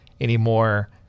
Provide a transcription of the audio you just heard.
anymore